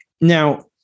Now